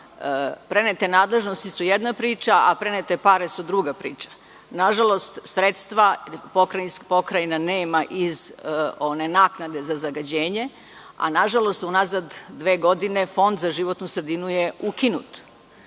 razloga. Prenete nadležnosti su jedna priča, a prenete pare su druga priča. Nažalost pokrajina nema sredstva iz naknade za zagađenje, a nažalost unazad dve godine Fond za životnu sredinu je ukinut.